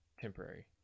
temporary